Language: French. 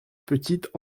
petite